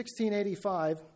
1685